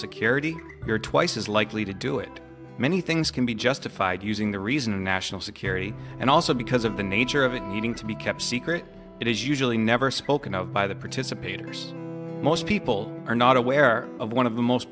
security you're twice as likely to do it many things can be justified using the reason national security and also because of the nature of it needing to be kept secret it is usually never spoken of by the participator most people are not aware of one of the most